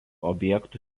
objektų